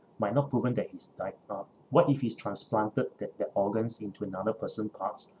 might not proven that he's died uh what if it's transplanted their their organs into another person parts